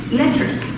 letters